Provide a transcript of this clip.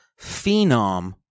Phenom